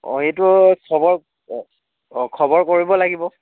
অ' এইটো সবৰ খবৰ কৰিব লাগিব